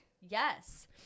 yes